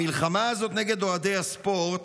המלחמה הזאת נגד אוהדי הספורט